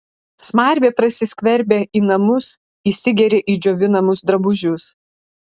smarvė prasiskverbia į namus įsigeria į džiovinamus drabužius